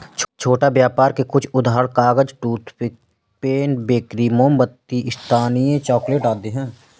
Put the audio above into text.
छोटा व्यापर के कुछ उदाहरण कागज, टूथपिक, पेन, बेकरी, मोमबत्ती, स्थानीय चॉकलेट आदि हैं